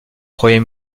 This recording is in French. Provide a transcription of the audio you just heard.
premier